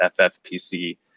ffpc